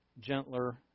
gentler